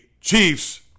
Chiefs